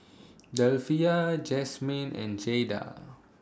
Delphia Jasmin and Jaida